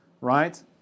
right